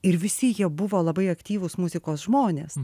ir visi jie buvo labai aktyvūs muzikos žmonės